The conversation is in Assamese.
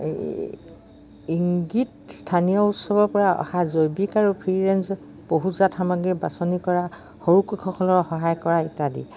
ইংগীত স্থানীয় উৎসৱৰপৰা অহা জৈৱিক আৰু ফ্ৰী ৰেঞ্জ পশুজাত সামগ্ৰ্ৰী বাছনি কৰা সৰু কৌশলৰ সহায় কৰা ইত্যাদি